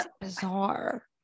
bizarre